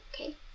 Okay